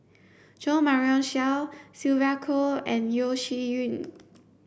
Jo Marion Seow Sylvia Kho and Yeo Shih Yun